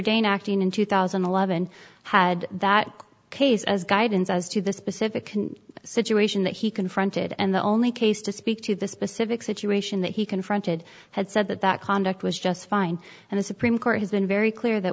dayne acting in two thousand and eleven had that case as guidance as to the specific situation that he confronted and the only case to speak to the specific situation that he confronted had said that that conduct was just fine and the supreme court has been very clear that